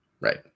Right